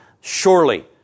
Surely